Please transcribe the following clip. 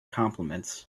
compliments